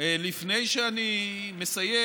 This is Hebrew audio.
לפני שאני מסיים